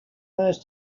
those